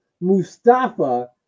Mustafa